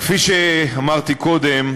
כפי שאמרתי קודם,